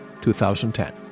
2010